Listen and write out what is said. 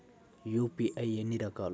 UPI ఎన్ని రకాలు?